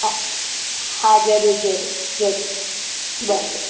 हा ज़रूरु ज़रूरु ज़रूरु भले